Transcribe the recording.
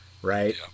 right